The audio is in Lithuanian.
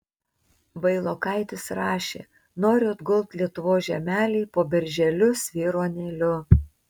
vailokaitis rašė noriu atgult lietuvos žemelėj po berželiu svyruonėliu